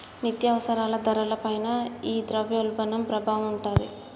నిత్యావసరాల ధరల పైన ఈ ద్రవ్యోల్బణం ప్రభావం ఉంటాది